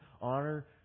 honor